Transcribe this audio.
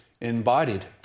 embodied